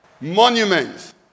Monuments